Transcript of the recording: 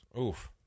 Oof